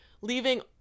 Leaving